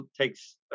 takes